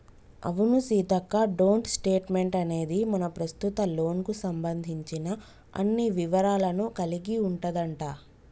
అవును సీతక్క డోంట్ స్టేట్మెంట్ అనేది మన ప్రస్తుత లోన్ కు సంబంధించిన అన్ని వివరాలను కలిగి ఉంటదంట